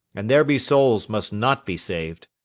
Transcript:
and there be souls must not be saved.